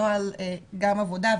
נוהל העבודה,